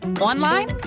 online